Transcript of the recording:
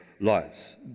lives